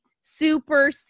Super